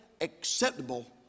acceptable